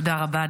תודה רבה,